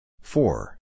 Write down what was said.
Four